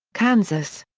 kansas.